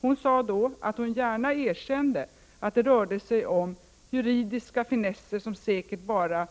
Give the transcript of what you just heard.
Hon sade då att hon gärna erkände att det rörde sig om ”juridiska finesser som säkert bara